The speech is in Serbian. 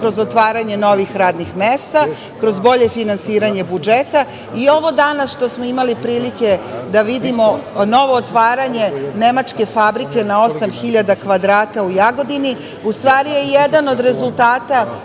kroz otvaranje novih radnih mesta, kroz bolje finansiranje budžeta.I ovo danas što smo imali prilike da vidimo, novo otvaranje nemačke fabrike na 8.000 kvadrata u Jagodini u stvari je jedan od rezultata